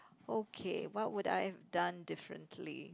okay what would I have done differently